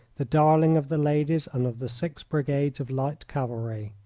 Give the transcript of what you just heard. the darling of the ladies and of the six brigades of light cavalry.